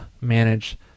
manage